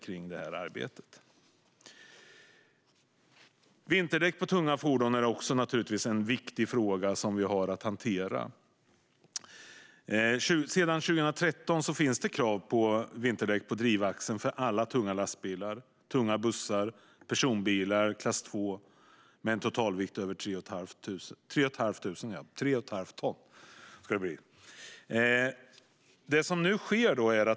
Vinterdäck på tunga fordon är också en viktig fråga som vi har att hantera. Sedan 2013 finns det krav på vinterdäck på drivaxeln för alla tunga lastbilar, tunga bussar och personbilar klass 2 med en totalvikt över tre och ett halvt ton.